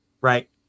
right